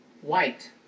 White